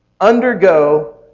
undergo